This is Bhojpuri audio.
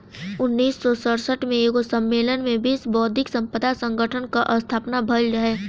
उन्नीस सौ सड़सठ में एगो सम्मलेन में विश्व बौद्धिक संपदा संगठन कअ स्थापना भइल रहे